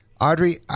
Audrey